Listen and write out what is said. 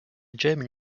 german